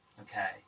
Okay